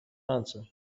answer